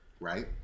Right